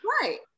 right